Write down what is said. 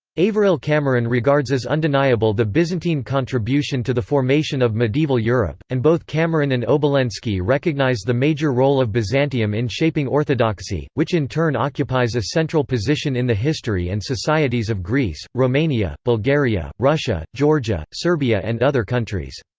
averil cameron regards as undeniable the byzantine contribution to the formation of medieval europe, and both cameron and obolensky recognise the major role of byzantium in shaping orthodoxy, which in turn occupies a central position in the history and societies of greece, romania, bulgaria, russia, georgia, serbia and other countries.